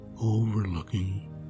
overlooking